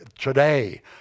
today